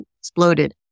exploded